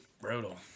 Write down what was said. Brutal